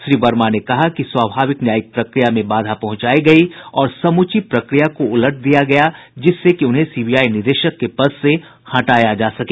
श्री वर्मा ने कहा कि स्वाभाविक न्यायिक प्रक्रिया में बाधा पहुंचायी गयी और समूची प्रक्रिया को उलट दिया गया जिससे कि उन्हें सीबीआई निदेशक के पद से हटाया जा सके